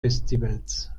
festivals